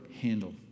handle